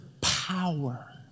power